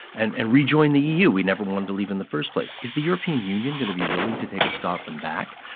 and and rejoin the eu we never wanted to leave in the first place. is the european union going to be willing to take a scotland back?